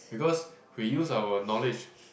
because we use our knowledge